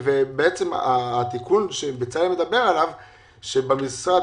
התיקון שבצלאל מדבר עליו הוא שבמשרד